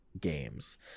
games